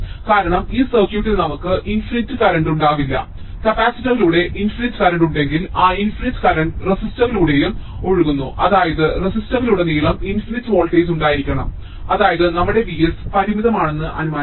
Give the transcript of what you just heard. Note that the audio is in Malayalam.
കാരണം ഈ സർക്യൂട്ടിൽ നമുക്ക് ഇൻഫിനിറ്റ് കറന്റ് ഉണ്ടാകില്ല കപ്പാസിറ്ററിലൂടെ ഇൻഫിനിറ്റ് കറന്റ് ഉണ്ടെങ്കിൽ ആ ഇൻഫിനിറ്റ് കറന്റ് റെസിസ്റ്ററിലൂടെയും ഒഴുകുന്നു അതായത് റെസിസ്റ്ററിലുടനീളം ഇൻഫിനിറ്റ് വോൾട്ടേജിൽ ഉണ്ടായിരിക്കണം അതായത് നമ്മുടെ Vs പരിമിതമാണെന്ന് അനുമാനിക്കും